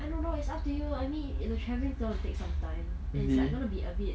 I don't know it's up to you I mean the travelling is going to take some time and it's like going to be a bit